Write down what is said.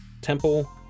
temple